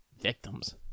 victims